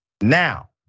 Now